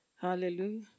Hallelujah